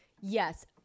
Yes